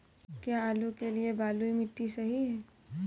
क्या आलू के लिए बलुई मिट्टी सही है?